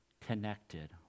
connected